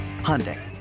Hyundai